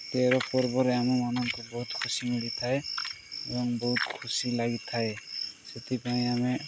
ତେର ପର୍ବରେ ଆମମାନଙ୍କୁ ବହୁତ ଖୁସି ମିଳିଥାଏ ଏବଂ ବହୁତ ଖୁସି ଲାଗିଥାଏ ସେଥିପାଇଁ ଆମେ